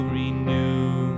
renew